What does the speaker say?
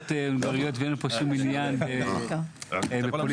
פה שום עניין בפוליטיקה.